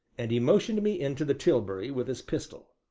and he motioned me into the tilbury with his pistol.